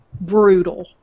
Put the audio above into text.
brutal